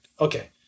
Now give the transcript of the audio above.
okay